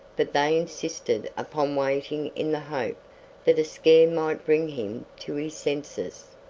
but they insisted upon waiting in the hope that a scare might bring him to his senses.